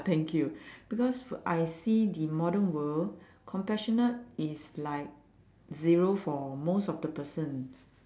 thank you because w~ I see the modern world compassionate is like zero for most of the person